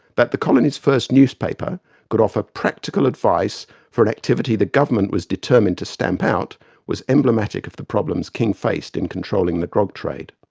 that the colony's first newspaper could offer practical advice for an activity the government was determined to stamp out was emblematic of the problems king faced in controlling the grog trade.